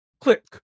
click